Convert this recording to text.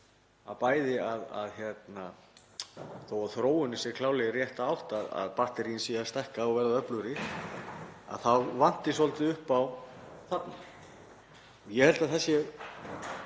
tala um, að þó að þróunin sé klárlega í rétta átt, að batteríin séu að stækka og verða öflugri, þá vanti svolítið upp á þarna. Ég held að það sé